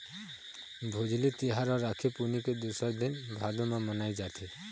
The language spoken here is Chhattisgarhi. भोजली तिहार ह राखी पुन्नी के दूसर दिन भादो म मनाए जाथे